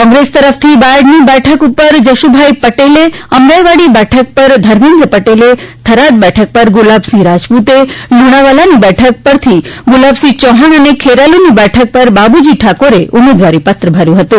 કોંગ્રેસ તરફથી બાયડની બેઠક ઉપરથી જશુભાઇ પટેલે અમરાઇવાડીની બેઠક ઉપર ધર્મેન્દ્ર પટેલે થરાદ બેઠક પર ગુલાબસિંહ રાજપુત લુણાવાડાની બેઠક પરથી ગુલાબસિંહ ચૌહાણ અને ખેરાલુની બેઠક પર બાબુજી ઠાકોરે ઉમેદવારીપત્ર ભર્યું હતું